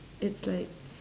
it's like